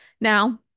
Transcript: Now